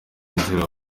nzira